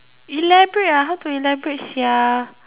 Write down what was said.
elaborate ah how to elaborate sia